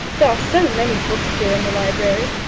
there are so many books here in the library.